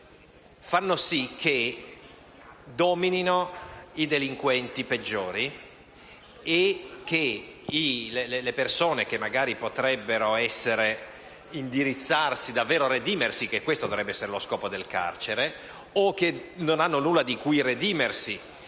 fa sì che dominino i delinquenti peggiori. Le persone che potrebbero magari davvero redimersi (perché questo dovrebbe essere lo scopo del carcere) o che non hanno nulla di cui redimersi